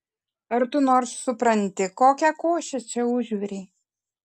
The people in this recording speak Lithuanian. ar tu nors supranti kokią košę čia užvirei